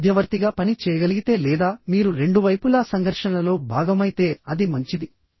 మీరు మధ్యవర్తిగా పని చేయగలిగితే లేదా మీరు రెండు వైపులా సంఘర్షణలలో భాగమైతే అది మంచిది